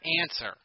answer